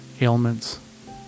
ailments